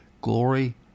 glory